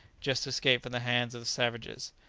just escaped from the hands of savages.